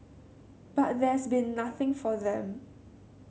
but there's been nothing for them